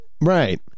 Right